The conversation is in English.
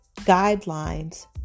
guidelines